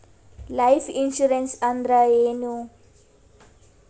Life insurance ಅಂದ್ರ ಏನ?